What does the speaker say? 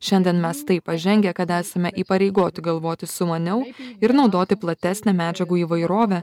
šiandien mes taip pažengę kad esame įpareigoti galvoti sumaniau ir naudoti platesnę medžiagų įvairovę